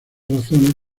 razones